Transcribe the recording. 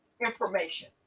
information